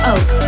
Oak